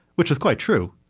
which was quite true.